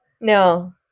No